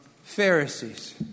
Pharisees